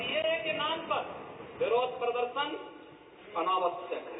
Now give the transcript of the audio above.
CAA के नाम पर विरोष प्रदर्शन अनावश्यक है